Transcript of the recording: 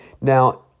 Now